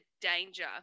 danger